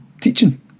teaching